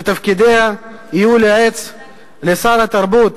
שתפקידיה יהיו לייעץ לשר התרבות